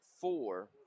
four